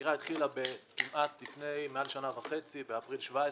החקירה התחילה לפני מעל שנה וחצי, באפריל 2017,